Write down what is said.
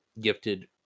gifted